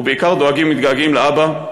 ובעיקר, דואגים ומתגעגעים לאבא,